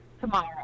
tomorrow